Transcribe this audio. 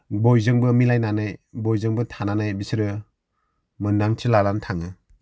बयजोंबो मिलायनानै बयजोंबो थानानै बिसोरो मोन्दांथि लानानै थाङो